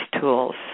tools